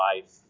life